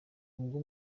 ubwo